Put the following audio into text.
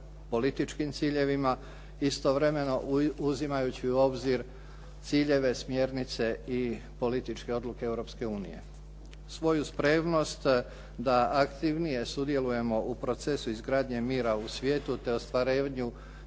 političkim ciljevima istovremeno uzimajući u obzir ciljeve, smjernice i političke odluke Europske unije. Svoju spremnost da aktivnije sudjelujemo u procesu izgradnje mira u svijetu te ostvarenju